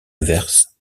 inverse